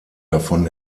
davon